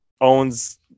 owns